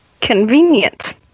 Convenient